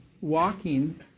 walking